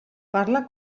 parla